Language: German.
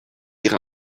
ihre